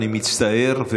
אני מצטער.